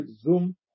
Zoom